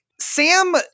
Sam